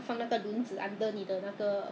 不懂 expire 了吗 but 我我都没有买